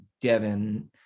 Devin